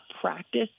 practice